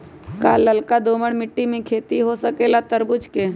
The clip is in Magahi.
का लालका दोमर मिट्टी में खेती हो सकेला तरबूज के?